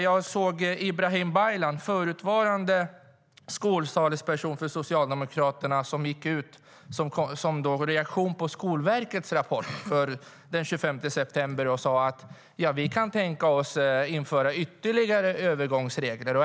Jag såg att Ibrahim Baylan, den förra skolpolitiska talespersonen för Socialdemokraterna, gick ut den 25 september som reaktion på Skolverkets rapport och sade att de kunde tänka sig att införa ytterligare övergångsregler.